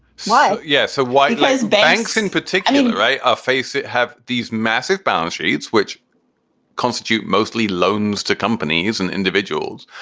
so, yes, so y like banks in particular right. ah face it. have these massive balance sheets which constitute mostly loans to companies and individuals.